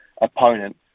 opponent